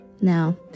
now